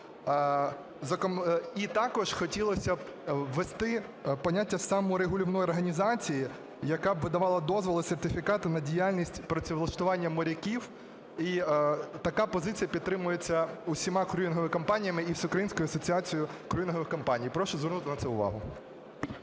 І також хотілося б ввести поняття саморегулівної організації, яка б видавала б дозволи, сертифікати на діяльність, працевлаштування моряків. І така позиція підтримується усіма крюїнговими компаніями і Всеукраїнською асоціацією крюїнгових компаній. Прошу звернути на це увагу.